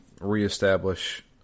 reestablish